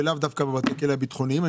ולאו דווקא בתי הכלא הביטחוניים אני